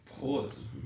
Pause